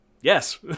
Yes